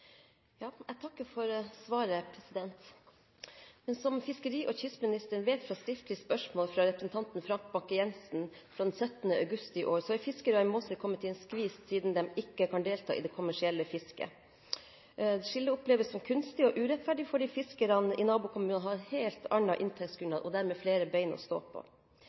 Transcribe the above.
Jeg takker for svaret. Som fiskeri- og kystministeren vet ut fra skriftlig spørsmål fra representanten Frank Bakke-Jensen 17. august i år, er fiskere i Måsøy kommet i en skvis siden de ikke kan delta i det kommersielle fisket. Skillet oppleves som kunstig og urettferdig fordi fiskerne i nabokommunene har et helt annet inntektsgrunnlag og dermed flere ben å stå på.